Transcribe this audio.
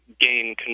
gain